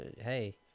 hey